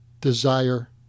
desire